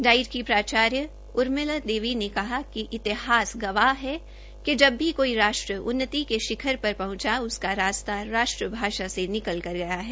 diet की प्राचार्या उर्मिल देवी ने कहा कि इतिहास साक्षी है कि जब भी कोई राष्ट्र उन्नती के शिखर पर पहंचा उसका रास्ता राष्ट्र भाषा से निकल कर गया है